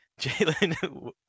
Jalen